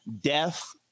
Death